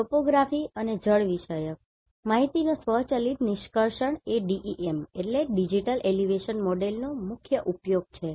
topography અને જળવિષયક માહિતીનો સ્વચાલિત નિષ્કર્ષણ એ DEM ડિજિટલ એલિવેશન મોડેલ નો મુખ્ય ઉપયોગ છે